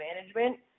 management